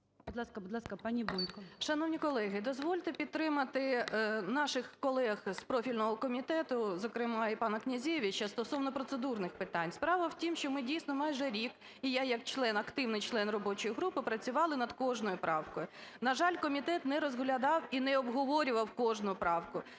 Шановні колеги, дозвольте підтримати наших колег з профільного комітету, зокрема і пана Князевича, стосовно процедурних питань. Справа в тім, що ми дійсно майже рік, і я як член, активний член робочої групи працювали над кожною правкою. На жаль, комітет не розглядав і не обговорював кожну правку.